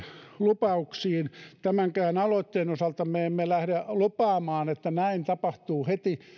lupauksiin tämänkään aloitteen osalta me emme lähde lupaamaan että näin tapahtuu heti